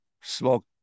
smoke